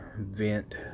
vent